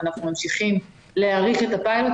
אנחנו ממשיכים להאריך את הפיילוט.